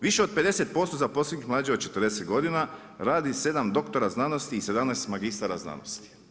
Više od 50% zaposlenih je mlađe od 40 godina, radi 7 doktora znanosti i 17 magistara znanosti.